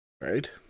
Right